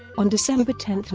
on december ten,